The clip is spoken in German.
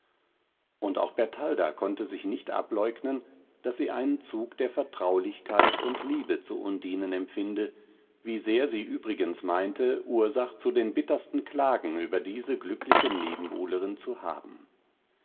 und auch bertalda konnte sich nicht ableugnen daß sie einen zug der vertraulichkeit und liebe zu undinen empfinde wie sehr sie übrigens meinte ursach zu den bittersten klagen über diese glückliche nebenbuhlerin zu haben